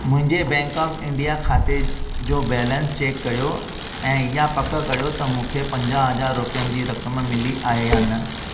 मुंहिंजे Bank of India ख़ाते जो बैलेंस चेक करियो ऐं इहा पक करियो त मूंखे पंजाहु हज़ार रुपियनि जी रक़म मिली आहे या न